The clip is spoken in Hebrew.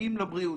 ומזיקים לבריאות.